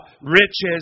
riches